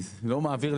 אני לא פראייר,